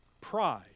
Pride